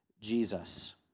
Jesus